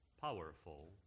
powerful